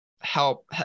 help